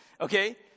Okay